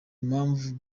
impamvu